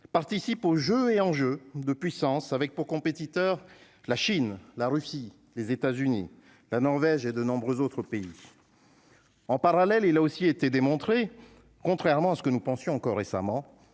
participe au jeu est en jeu de puissance avec pour compétiteurs, la Chine, la Russie, les États-Unis, la Norvège et de nombreux autres pays en parallèle, il a aussi été démontré, contrairement à ce que nous pensions encore récemment